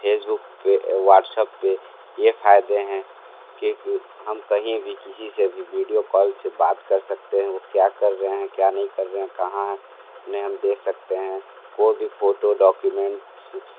Facebook पर WhatsApp पर ये फ़ायदे हैं कि कु हम कहीं भी किसी से भी बीडियो कॉल से बात कर सकते हैं वो क्या कर रहे हैं क्या नहीं कर रहे हैं कहाँ हैं उन्हें हम देख सकते हैं कोई भी फोटो डॉक्यूमेंट्स